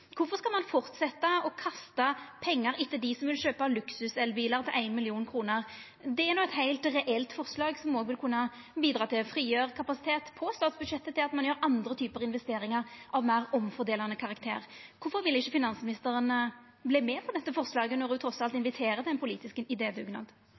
Kvifor skal ein fortsetja å kasta pengar etter dei som vil kjøpa luksuselbilar til 1 mill. kr? Det er eit heilt reelt forslag som også vil kunna bidra til å frigjera kapasitet på statsbudsjettet til at ein kan gjera andre typar investeringar av meir omfordelande karakter. Kvifor vil ikkje finansministeren vera med på dette forslaget når ho trass alt